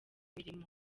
imirimo